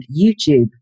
YouTube